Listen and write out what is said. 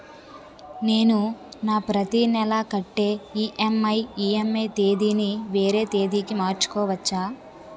నేను నా ప్రతి నెల కట్టే ఈ.ఎం.ఐ ఈ.ఎం.ఐ తేదీ ని వేరే తేదీ కి మార్చుకోవచ్చా?